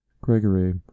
gregory